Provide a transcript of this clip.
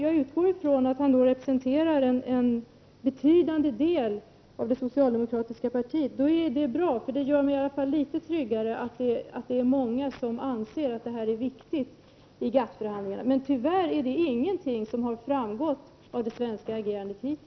Jag utgår ifrån att han därvid representerar en betydande del av det socialdemokratiska partiet. Det gör mig åtminstone litet tryggare i förhoppningen att det är många som anser att det här är viktiga aspekter i GATT-förhandlingarna. Men tyvärr har detta hittills inte alls framgått av det svenska agerandet.